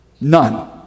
None